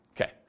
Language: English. Okay